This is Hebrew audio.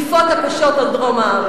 את כל התקיפות הקשות על דרום הארץ.